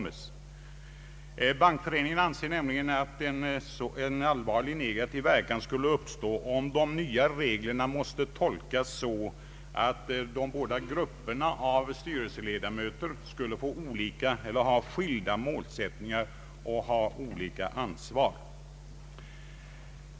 Svenska bankföreningen anser nämligen att en allvarlig negativ verkan skulle uppstå om de nya reglerna kunde tolkas så att de båda grupperna av styrelseledamöter skulle ha skilda målsättningar och olika ansvar.